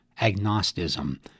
agnosticism